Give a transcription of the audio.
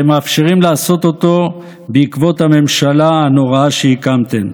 אתם מאפשרים לעשות אותו בעקבות הממשלה הנוראה שהקמתם.